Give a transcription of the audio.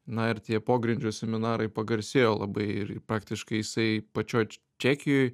na ir tie pogrindžio seminarai pagarsėjo labai ir praktiškai jisai pačioj čekijoj